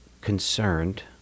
concerned